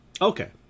Okay